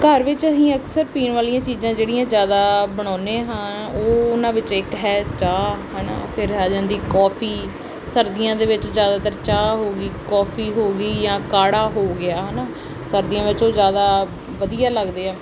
ਘਰ ਵਿੱਚ ਅਸੀਂ ਅਕਸਰ ਪੀਣ ਵਾਲੀਆਂ ਚੀਜ਼ਾਂ ਜਿਹੜੀਆਂ ਜ਼ਿਆਦਾ ਬਣਾਉਂਦੇ ਹਾਂ ਉਹ ਉਹਨਾਂ ਵਿੱਚ ਇੱਕ ਹੈ ਚਾਹ ਹੈ ਨਾ ਫਿਰ ਆ ਜਾਂਦੀ ਕੌਫੀ ਸਰਦੀਆਂ ਦੇ ਵਿੱਚ ਜ਼ਿਆਦਾਤਰ ਚਾਹ ਹੋ ਗਈ ਕੌਫੀ ਹੋ ਗਈ ਜਾਂ ਕਾੜ੍ਹਾ ਹੋ ਗਿਆ ਹੈ ਨਾ ਸਰਦੀਆਂ ਵਿੱਚ ਉਹ ਜ਼ਿਆਦਾ ਵਧੀਆ ਲੱਗਦੇ ਆ